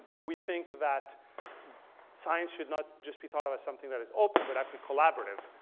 we think that science should not just be thought of as something that is open, but actually collaborative,